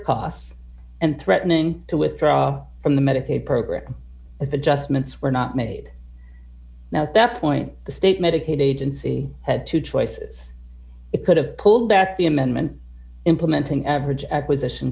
costs and threatening to withdraw from the medicaid program if adjustments were not made now at that point the state medicaid agency had two choices it could have pulled back the amendment implementing average acquisition